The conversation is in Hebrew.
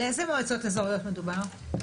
על אילו מועצות אזוריות מדובר?